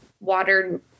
water